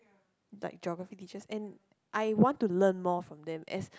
like Geography teachers and I want to learn more from them as